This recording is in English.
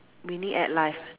winning at life ah